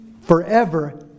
forever